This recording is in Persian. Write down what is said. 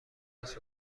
صحبت